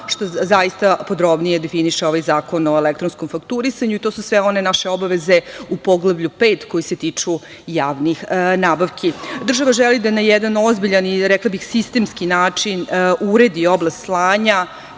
što zaista podrobnije definiše ovaj Zakon o elektronskom fakturisanju. Tu su sve one naše obaveze u Poglavlju 5 koje se tiču javnih nabavki. Država želi da na jedan ozbiljan, rekla bih sistemski način uredi oblast slanja,